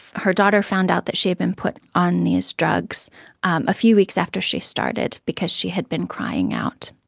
her daughter found out that she had been put on these drugs a few weeks after she started because she had been crying out.